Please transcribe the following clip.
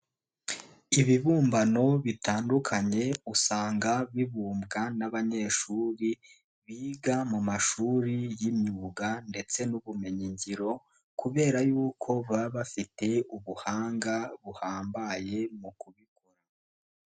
Ibibumbano bitandukanye, usanga bibumbwa n'abanyeshuri biga mu mashuri y'imyuga ndetse n'ubumenyingiro, kubera y'uko baba bafite ubuhanga buhambaye mu kubikora.